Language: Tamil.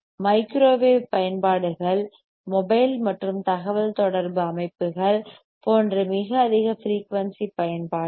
மைக்ரோவேவ் பயன்பாடுகள் மொபைல் மற்றும் தகவல் தொடர்பு அமைப்புகள் போன்ற மிக அதிக ஃபிரீயூன்சி பயன்பாடுகள்